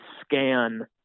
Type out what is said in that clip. scan